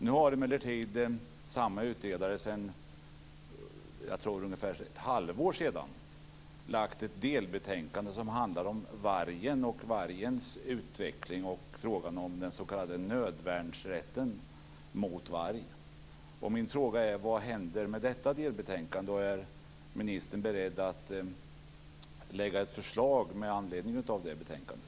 Nu lade emellertid samma utredare för ungefär ett halvår sedan, tror jag, fram ett delbetänkande som handlar om vargen, vargens utveckling och frågan om den s.k. nödvärnsrätten mot varg. Min fråga är: Vad händer med detta delbetänkande? Är ministern beredd att lägga fram ett förslag med anledning av det betänkandet?